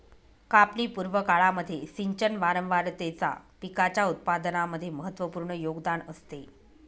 कापणी पूर्व काळामध्ये सिंचन वारंवारतेचा पिकाच्या उत्पादनामध्ये महत्त्वपूर्ण योगदान असते